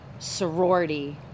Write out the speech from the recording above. sorority